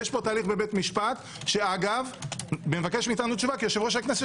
ויש פה תהליך בבית משפט שמבקש מאתנו תשובה כי יושב-ראש הכנסת